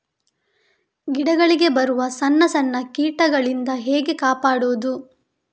ಗಿಡಗಳಿಗೆ ಬರುವ ಸಣ್ಣ ಸಣ್ಣ ಕೀಟಗಳಿಂದ ಹೇಗೆ ಕಾಪಾಡುವುದು?